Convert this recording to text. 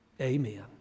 Amen